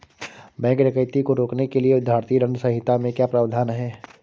bank डकैती को रोकने के लिए भारतीय दंड संहिता में क्या प्रावधान है